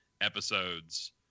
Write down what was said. episodes